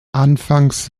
anfangs